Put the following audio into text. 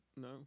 No